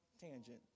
tangent